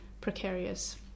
precarious